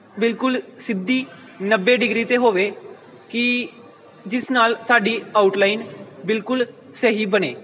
ਬਿਲਕੁਲ ਸਿੱਧੀ ਨੱਬੇ ਡਿਗਰੀ 'ਤੇ ਹੋਵੇ ਕਿ ਜਿਸ ਨਾਲ ਸਾਡੀ ਆਊਟਲਾਈਨ ਬਿਲਕੁਲ ਸਹੀ ਬਣੇ